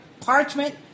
parchment